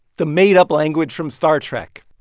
the made-up language from star trek.